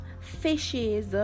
fishes